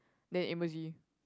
then emoji